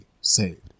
saved